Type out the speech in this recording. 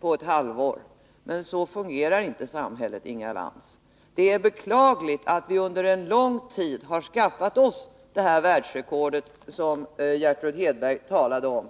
på ett halvt år, men så fungerar inte samhället, Inga Lantz. Det är beklagligt att vi under en lång tid har skaffat oss det världsrekord som Gertrud Hedberg talade om.